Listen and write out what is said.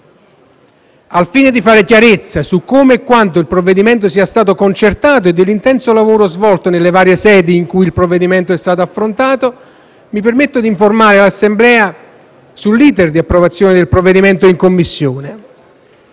Al fine di fare chiarezza su come e quanto il provvedimento sia stato concertato e dell'intenso lavoro svolto nelle varie sedi in cui il provvedimento è stato affrontato, mi permetto di informare l'Assemblea sull'*iter* di approvazione del provvedimento in Commissione.